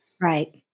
right